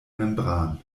membran